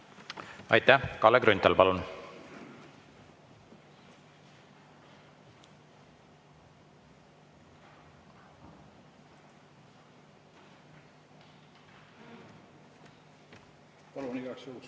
Aitäh! Kalle Grünthal, palun! Palun igaks juhuks